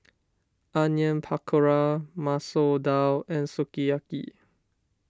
Onion Pakora Masoor Dal and Sukiyaki